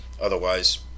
otherwise